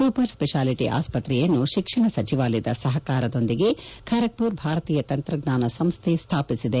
super specialty ಆಸ್ಪತ್ರೆಯನ್ನು ಶಿಕ್ಷಣ ಸಚಿವಾಲಯದ ಸಹಕಾರದೊಂದಿಗೆ ಖರಗ್ಮರ್ ಭಾರತೀಯ ತಂತ್ರಜ್ಞಾನ ಸಂಸ್ಥೆ ಸ್ಥಾಪಿಸಿದೆ